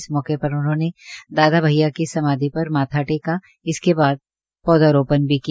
इस मौके पर उन्होंने दादा भैया की समाधि पर माथा टेका और इसके बाद पौधारोपण भी किया